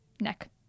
Neck